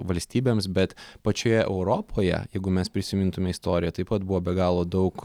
valstybėms bet pačioje europoje jeigu mes prisimintume istoriją taip pat buvo be galo daug